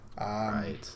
right